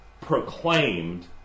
proclaimed